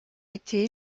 été